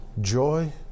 joy